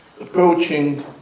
approaching